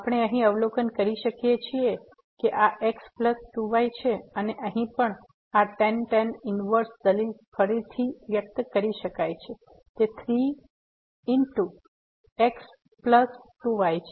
આપણે અહીં અવલોકન કરી શકીએ કે આ x પ્લસ 2 y છે અને અહીં પણ આ tan ઇનવર્સ દલીલ ફરીથી વ્યક્ત કરી શકાય છે તે 3 ગુણ્યા x પ્લસ 2 y છે